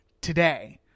today